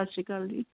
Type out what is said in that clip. ਸਤਿ ਸ਼੍ਰੀ ਅਕਾਲ ਜੀ